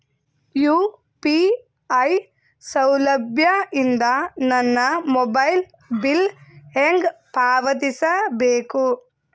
UPI ಸೌಲಭ್ಯ ಇಂದ ನನ್ನ ಮೊಬೈಲ್ ಬಿಲ್ ಹೆಂಗ್ ಪಾವತಿಸ ಬೇಕು?